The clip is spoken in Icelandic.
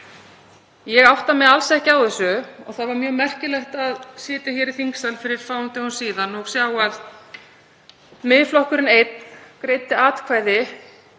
Ég átta mig alls ekki á því. Það var mjög merkilegt að sitja hér í þingsal fyrir fáum dögum síðan og sjá að Miðflokkurinn einn greiddi atkvæði